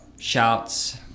Shouts